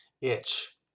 itch